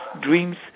dreams